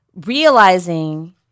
realizing